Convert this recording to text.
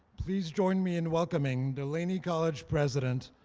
please join me in welcoming the laney college president,